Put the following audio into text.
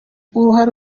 uruhare